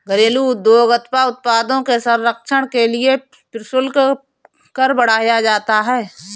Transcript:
घरेलू उद्योग अथवा उत्पादों के संरक्षण के लिए प्रशुल्क कर बढ़ाया जाता है